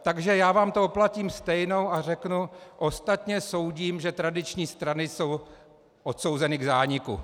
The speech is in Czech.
Takže já vám to oplatím stejnou a řeknu: ostatně soudím, že tradiční strany jsou odsouzeny k zániku.